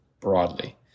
broadly